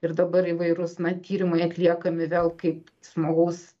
ir dabar įvairūs na tyrimai atliekami vėl kaip smogaus